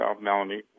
Melanie